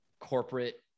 corporate